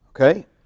okay